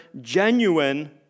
genuine